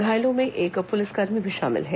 घायलों में एक पुलिसकर्मी भी शामिल है